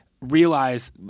realize